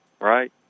right